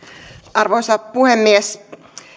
arvoisa puhemies